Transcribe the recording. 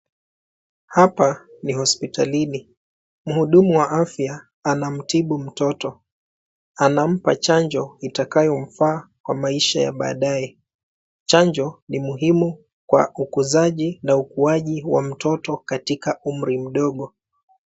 Hapa ni hospitalini. Mhudumu wa afya anamtibu mtoto. Anampa chanjo itakayomfaa kwa maisha ya baadaye. Chanjo ni muhimu kwa ukuzaji na ukuaji wa mtoto katika umri mdogo.